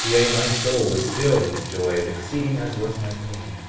yea, my soul was filled with joy as exceeding as was my pain